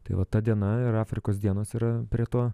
tai va ta diena ir afrikos dienos yra prie to